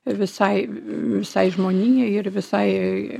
visai visai žmonijai ir visai